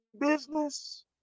business